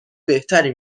بهتری